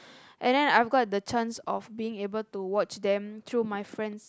and then I've got the chance of being able to watch them through my friends